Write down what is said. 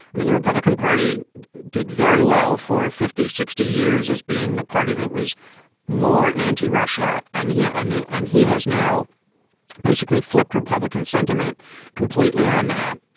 i mean, the republican party did very well for fifty, sixty years as being the party that was more anti-russia and here. and and he has now basically flipped republican sentiment completely on that.